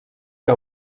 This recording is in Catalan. que